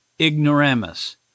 ignoramus